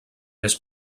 més